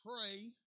pray